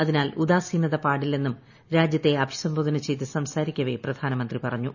അതിനാൽ ഉദാസീനത് പ്രിട്ടില്ലെന്നും രാജ്യത്തെ അഭിസംബോധന ചെയ്ത് സംസ്യർരിക്ക്വേ പ്രധാനമന്ത്രി പറഞ്ഞു